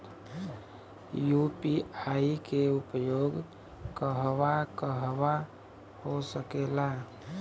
UPI के उपयोग कहवा कहवा हो सकेला?